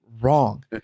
Wrong